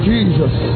Jesus